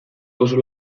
oso